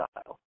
style